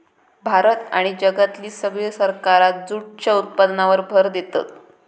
भारत आणि जगातली सगळी सरकारा जूटच्या उत्पादनावर भर देतत